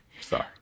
Sorry